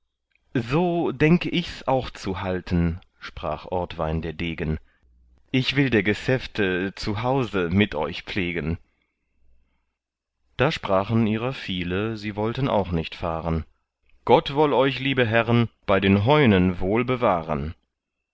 so denk ich's auch zu halten sprach ortwein der degen ich will der geschäfte zu hause mit euch pflegen da sprachen ihrer viele sie wollten auch nicht fahren gott woll euch liebe herren bei den heunen wohl bewahren